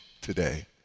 today